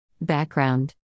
Background